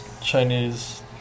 Chinese